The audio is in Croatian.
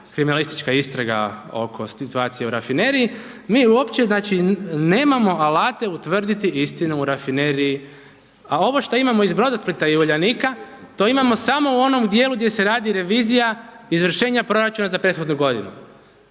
kriminalistička istraga oko situacije u rafineriji, mi uopće znači nemamo alate utvrditi istinu u rafineriji. A ovo što imamo iz Brodosplita i Uljanika to imamo samo u onom dijelu gdje se radi revizija izvršenja proračuna za prethodnu godinu.